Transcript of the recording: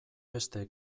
beste